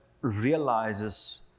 realizes